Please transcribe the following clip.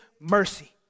mercy